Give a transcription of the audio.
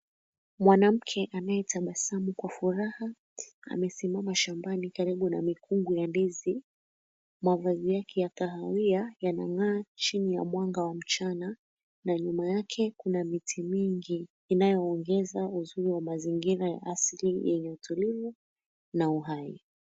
Mwanamke anayetabasamu kwa furaha amesimama shambani karibu na mikungu ya ndizi, mavazi yake ya kahawia yanang'aa chini ya mwanga wa mchana na nyuma yake kuna miti mingi inayoongeza uzuri wa mazingira ya asili yenye utulivu na uhai.